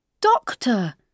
Doctor